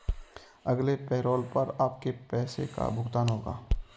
अगले पैरोल पर आपके पैसे का भुगतान होगा